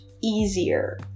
easier